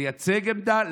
לייצג עמדה,